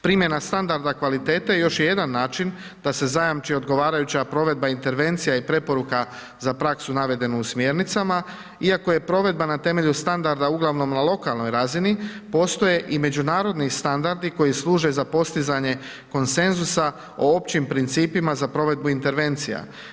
Primjena standarda kvalitete, još je jedan način da se zajamči odgovarajuća provedba intervencija i preporuka za praksu navedene u smjernicama, iako je provedba na temelju standarda ugl. na lokalnoj razini, postoje i međunarodni standardi koji služe za postizanje konsenzusa o općim principima za provedbu intervencija.